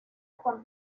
con